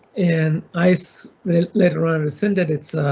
and ice later on rescinded its